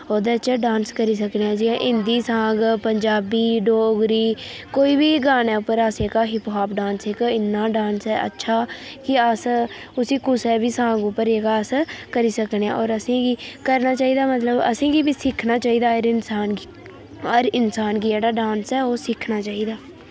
ओह्दे च डान्स करी सकने आं जियां हिन्दी सांग पंजाबी डोगरी कोई बी गाने उप्पर अस जेह्का हिप होप डान्स जेह्का इन्ना डान्स ऐ अच्छा कि अस उसी कुसै बी सांग उप्पर जेह्का अस करी सकने आं होर असेंगी करना चाहिदा मतलब असेंगी बी सिक्खना चाहिदा हर इंसान गी हर इंसान गी जेह्ड़ा डांस ऐ ओह् सिक्खना चाहिदा ऐ